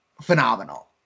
phenomenal